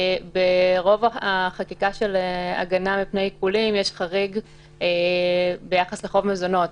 ברוב החקיקה של הגנה מפני עיקולים יש חריג ביחס לחוב מזונות.